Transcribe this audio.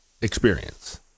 experience